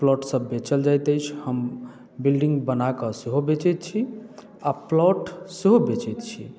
plot सभ बेचल जाइत अछि हम बिल्ड़िग बानाकऽ सेहो बेचै छी आ प्लाट सेहो बेचैत छी